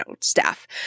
staff